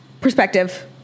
perspective